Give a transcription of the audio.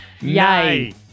Yay